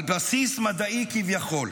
על בסיס מדעי כביכול.